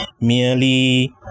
merely